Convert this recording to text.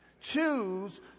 choose